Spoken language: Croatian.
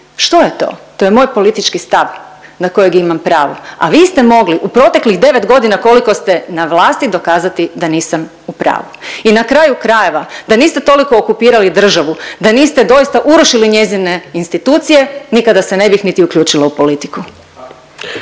što je to? To je moj politički stav na kojeg imam pravo, a vi ste mogli u proteklih 9 godina koliko ste na vlasti dokazati da nisam u pravu. I na kraju krajeva, da niste toliko okupirali državu, da niste doista urušili njezine institucije nikada se ne bih niti uključila u politiku.